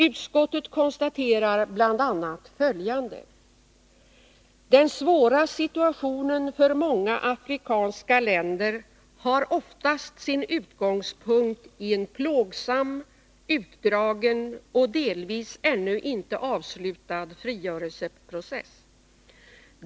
Utskottet konstaterar bl.a. följande: ”Den svåra situationen för många afrikanska länder har oftast sin utgångspunkt i en plågsam, utdragen och delvis ännu inte avslutad frigörelseprocess.